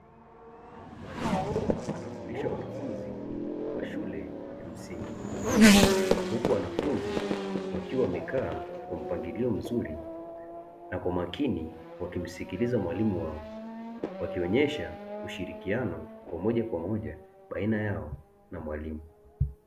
Mwalimu anafundisha wanafunzi wa shule ya msingi, huku wanafunzi wakiwa wamekaa kwa mpangilio mzuri na kwa makini wakimsikiliza mwalimu wao wakionyesha ushirikiano wa moja kwa moja baina yao na mwalimu.